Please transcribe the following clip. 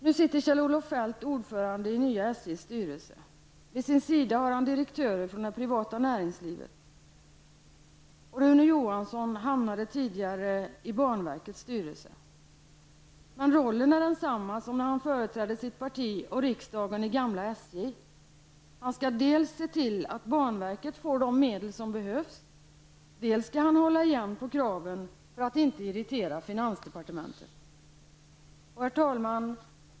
Nu sitter Kjell-Olof Feldt ordförande i nya SJs styrelse. Vid sin sida har han direktörer från det privata näringslivet. Och Rune Johansson hamnade tidigare i banverkets styrelse. Men rollen är densamma som när han företrädde sitt parti och riksdagen i gamla SJ: Han skall dels se till att banverket får de medel som behövs, dels hålla igen på kraven för att inte irritera finansdepartementet. Herr talman!